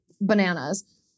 bananas